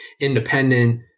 independent